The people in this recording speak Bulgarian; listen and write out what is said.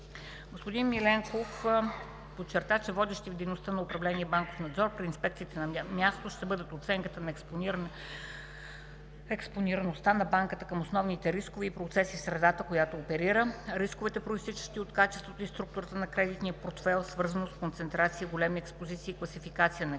Господин Миленков подчерта, че водещи в дейността на управление „Банков надзор“ при инспекциите на място ще бъдат: - оценката на експонираността на банката към основните рискове и процеси в средата, която оперира; - рисковете, произтичащи от качеството и структурата на кредитния портфейл – свързаност, концентрация, големи експозиции и класификация на експозициите;